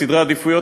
בסדרי עדיפויות,